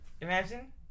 Imagine